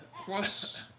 plus